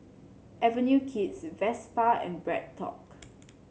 Avenue Kids Vespa and BreadTalk